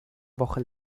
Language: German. woche